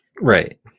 right